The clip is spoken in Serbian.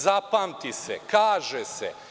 Zapamti se, kaže se.